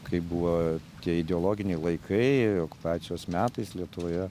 kaip buvo tie ideologiniai laikai okupacijos metais lietuvoje